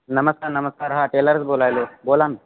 नमस्कार नमस्कार हा टेलर्सच बोलायले आहे बोला ना